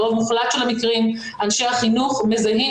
ברוב מוחלט של המקרים אנשי החינוך מזהים,